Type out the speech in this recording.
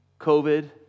COVID